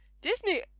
Disney